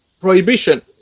prohibition